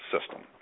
system